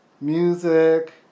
music